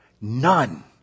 None